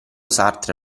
sartre